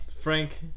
Frank